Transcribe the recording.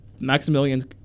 Maximilian's